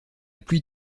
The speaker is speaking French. pluie